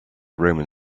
roman